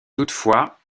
toutefois